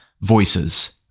voices